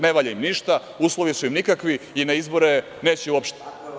Ne valja im ništa, uslovi su im nikakvi i na izbore neće uopšte.